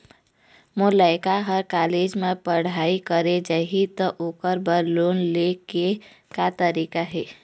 मोर लइका हर कॉलेज म पढ़ई करे जाही, त ओकर बर लोन ले के का तरीका हे?